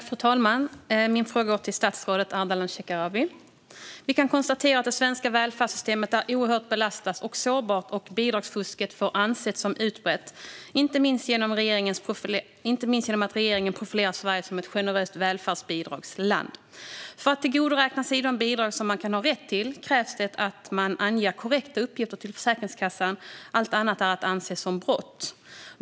Fru talman! Min fråga är till statsrådet Ardalan Shekarabi. Vi kan konstatera att det svenska välfärdssystemet är oerhört belastat och sårbart. Bidragsfusket får anses som utbrett, inte minst genom att regeringen profilerat Sverige som ett generöst välfärdsbidragsland. För att tillgodoräkna sig de bidrag man kan ha rätt till krävs det att man anger korrekta uppgifter till Försäkringskassan. Allt annat är att anse som brott.